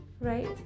right